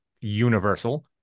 universal